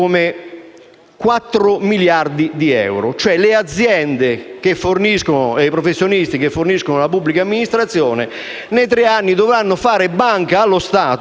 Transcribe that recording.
4 miliardi di euro. I professionisti che forniscono la pubblica amministrazione per tre anni dovranno fare banca allo Stato